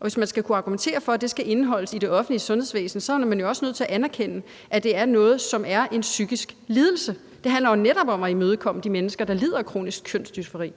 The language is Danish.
og hvis man skal kunne argumentere for, at det skal indeholdes i det offentlige sundhedsvæsen, så er man også nødt til at anerkende, at det er noget, som er en psykisk lidelse. Det handler jo netop om at imødekomme de mennesker, der lider af kronisk kønsdysfori.